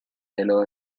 yellow